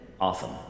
Awesome